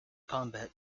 combat